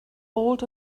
old